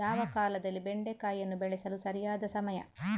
ಯಾವ ಕಾಲದಲ್ಲಿ ಬೆಂಡೆಕಾಯಿಯನ್ನು ಬೆಳೆಸಲು ಸರಿಯಾದ ಸಮಯ?